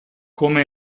come